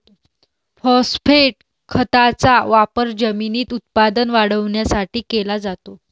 phosphate खताचा वापर जमिनीत उत्पादन वाढवण्यासाठी केला जातो